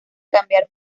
cambiar